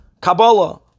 kabbalah